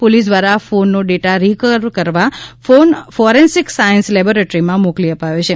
police દ્વારા ફોનનો data recover કરવા ફોન ફોરેન્સિક સાયન્સ લેબોરેટરીમાં મોકલી અપાયો છે